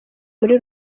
muri